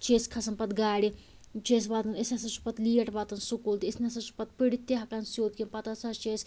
چھِ أسۍ کھسان پتہٕ گاڑِ چھِ أسۍ واتان أسۍ ہَسا چھِ پتہٕ لیٹ واتان سُکوٗل تہِ أسۍ نَہ سا چھِ پتہٕ پٔڑِھتھ تہِ ہیٚکان سیٛود کیٚنٛہہ پتہٕ ہسا چھِ أسۍ